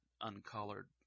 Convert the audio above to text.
uncolored